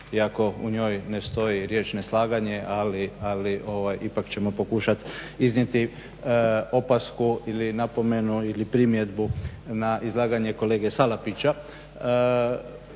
ako u njoj ne stoji riječ neslaganje ali ipak ćemo pokušati iznijeti opasku ili napomenu ili primjedbu na izlaganje kolege Salapića.